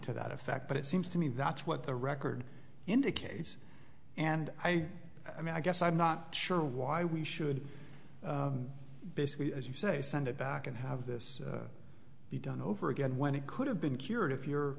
to that effect but it seems to me that's what the record indicates and i i mean i guess i'm not sure why we should basically as you say send it back and have this be done over again when it could have been cured if your